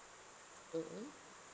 mmhmm